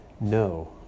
No